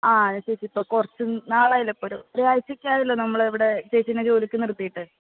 ആ ചേച്ചി ഇപ്പോൾ കുറച്ച് നാളായല്ലോ ഇപ്പോൾ ഒര് ഒരാഴ്ച്ചയൊക്കെ ആയല്ലോ നമ്മളിവിടെ ചേച്ചീനെ ജോലിക്ക് നിർത്തിയിട്ട്